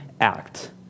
act